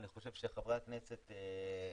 ואני חושב שחברי הכנסת מהמגזר,